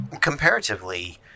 comparatively